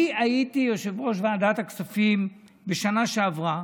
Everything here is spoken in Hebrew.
אני הייתי יושב-ראש ועדת הכספים בשנה שעברה,